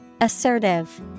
Assertive